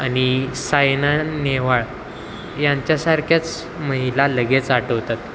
आणि सायना नेवाल यांच्यासारख्याच महिला लगेच आठवतात